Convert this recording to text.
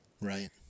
Right